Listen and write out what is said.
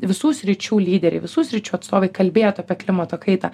visų sričių lyderiai visų sričių atstovai kalbėtų apie klimato kaitą